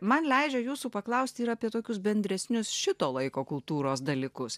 man leidžia jūsų paklausti ir apie tokius bendresnius šito laiko kultūros dalykus